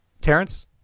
Terrence